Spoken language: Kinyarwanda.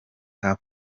tuff